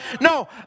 No